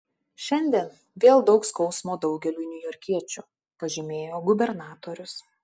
šiandien vėl daug skausmo daugeliui niujorkiečių pažymėjo gubernatorius